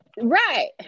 Right